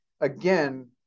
again